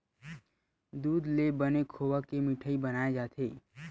दूद ले बने खोवा के मिठई बनाए जाथे